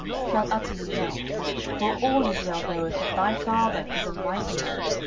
shall utterly melt for all israel knoweth that thy father is a mighty man,